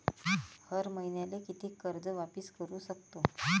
हर मईन्याले कितीक कर्ज वापिस करू सकतो?